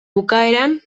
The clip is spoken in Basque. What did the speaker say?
bukaeran